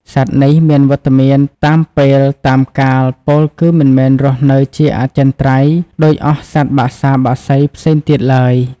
សត្វនេះ មានវត្តមានតាមពេលតាមកាលពោលគឺមិនមែនរស់នៅជាអចិន្ត្រៃយ៍ដូចអស់សត្វបក្សាបក្សីផ្សេងទៀតឡើយ។